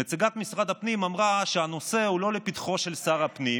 נציגת משרד הפנים אמרה שהנושא הוא לא לפתחו של שר הפנים,